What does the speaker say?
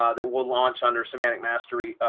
ah that will launch under semantic mastery.